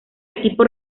equipo